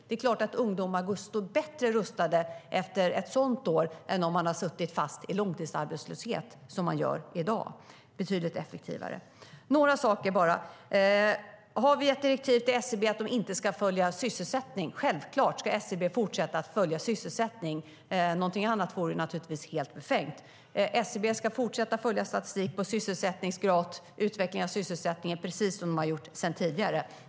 Det är klart att ungdomar står bättre rustade efter ett sådant år än om de har suttit fast i långtidsarbetslöshet som i dag. Det är betydligt effektivare. Jag ska ta upp ytterligare några saker. Finns det något direktiv till SCB om att man inte ska följa sysselsättning? Självklart ska SCB fortsätta följa sysselsättning. Något annat vore naturligtvis helt befängt. SCB ska fortsätta att följa statistik om sysselsättningsgrad och utvecklingen av sysselsättningen, precis som man har gjort tidigare.